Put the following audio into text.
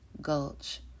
gulch